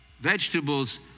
vegetables